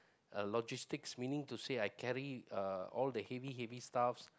uh logistics meaning to say I carry uh all the heavy heavy stuff